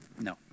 No